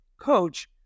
coach